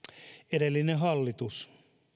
edellinen hallitus